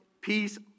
peace